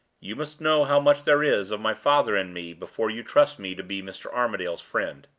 you must know how much there is of my father in me before you trust me to be mr. armadale's friend.